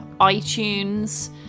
iTunes